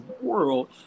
world